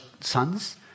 sons